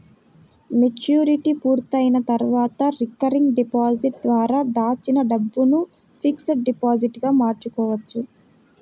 maturity పూర్తయిన తర్వాత recurring deposit ద్వారా దాచిన డబ్బును ఫిక్స్డ్ డిపాజిట్ గా మార్చుకోవచ్చు